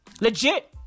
Legit